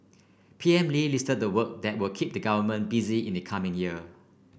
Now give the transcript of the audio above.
P M Lee listed the work that will keep the government busy in the coming year